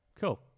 Cool